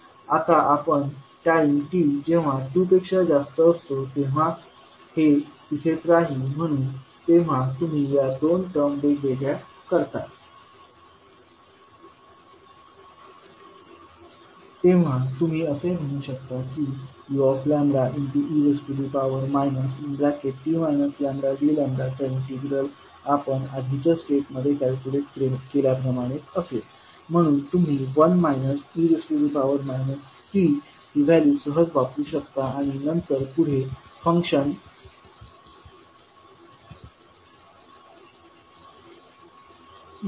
आता हा time t जेव्हा 2 पेक्षा जास्त असतो तेव्हा हे तेथेच राहील म्हणून जेव्हा तुम्ही या दोन टर्म वेगळ्या करता तेव्हा तुम्ही असे म्हणू शकता की ue t dचा इंटीग्रल आपण आधीच्या स्टेप मध्ये कॅल्क्युलेट केल्याप्रमाणेच असेल म्हणून तुम्ही 1 e t ही व्हॅल्यू सहज वापरू शकता आणि नंतर पुढे फंक्शन uλ 2 आहे